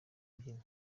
mbyino